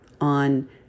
on